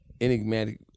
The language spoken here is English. enigmatic